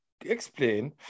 explain